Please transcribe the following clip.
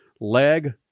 leg